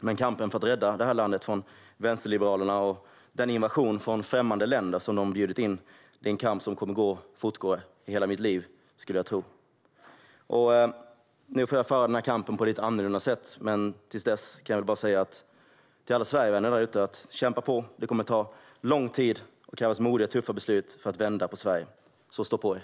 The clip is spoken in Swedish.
Men kampen för att rädda detta land från vänsterliberalerna och den invasion från främmande länder som de bjudit in kommer att fortgå i hela mitt liv, skulle jag tro. Nu får jag föra den kampen på ett lite annorlunda sätt, men till alla Sverigevänner där ute kan jag bara säga: Kämpa på! Det kommer att ta lång tid och krävas modiga och tuffa beslut för att vända på Sverige, så stå på er!